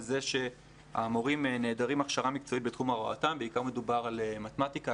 כך שהמורים נעדרים הכשרה מקצועית בתחום הוראתם בעיקר מדובר על מתמטיקה,